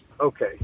okay